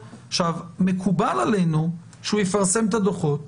מקובל עלינו שהוא יפרסם את הדוחות,